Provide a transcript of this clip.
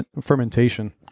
Fermentation